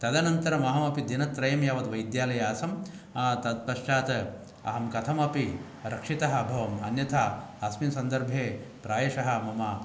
तदनन्तरम् अहमपि दिनत्रयं यावत् वैद्यालये आसम् तत् पश्चात् अहं कथमपि रक्षित अभवम् अन्यथा अस्मिन् सन्दर्भे प्रायश मम